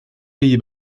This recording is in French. pays